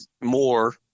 more